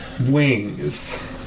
wings